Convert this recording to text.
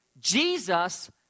Jesus